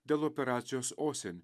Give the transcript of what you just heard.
dėl operacijos osen